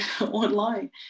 online